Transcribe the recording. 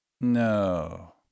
No